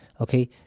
okay